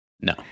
no